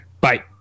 Bye